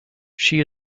she